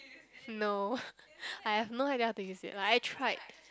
no I have no idea how to use it like I tried